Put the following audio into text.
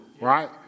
right